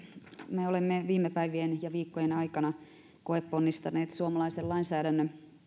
me olemme viime päivien ja viikkojen aikana koeponnistaneet suomalaisen lainsäädännön